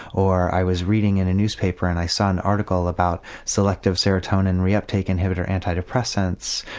or i was reading in a newspaper and i saw an article about selective serotonin re-uptake inhibitor anti depressants.